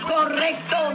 Correcto